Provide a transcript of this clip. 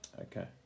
Okay